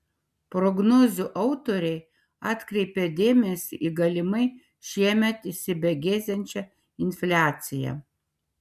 prognozių autoriai atkreipia dėmesį į galimai šiemet įsibėgėsiančią infliaciją